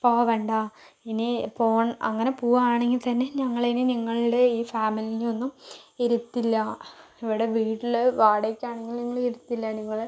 പോകണ്ട ഇനി പോവ അങ്ങനെ പോകുകയാണെങ്കിൽ തന്നെ ഞങ്ങളിനി നിങ്ങളുടെ ഈ ഫാമിലിയെയൊന്നും ഇരുത്തില്ല ഇവിടെ വീട്ടിൽ വാടകക്കാണെങ്കിലും ഞങ്ങൾ ഇരുത്തില്ല നിങ്ങൾ